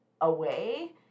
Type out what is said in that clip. away